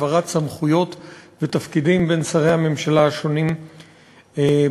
העברת סמכויות ותפקידים בין שרי הממשלה השונים במשרדים